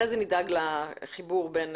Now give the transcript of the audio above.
אחרי זה נדאג לחיבור בין